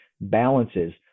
balances